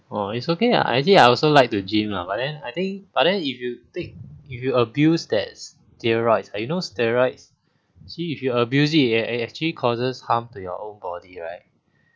oh it's okay I actually I also like to gym lah but then I think but then if you take if you abuse that steroids I know steroids see if you abuse it it actually causes harm to your own body right